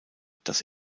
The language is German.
das